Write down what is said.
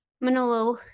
Manolo